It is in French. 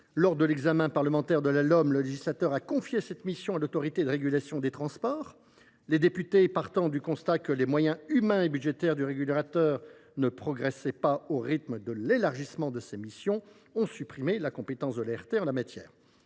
Lors de l’examen parlementaire de la LOM, le législateur a confié cette mission à l’Autorité de régulation des transports (ART). Les députés, partant du constat que les moyens humains et budgétaires du régulateur ne progressaient pas au rythme de l’élargissement de ses missions, ont supprimé dans cette proposition de loi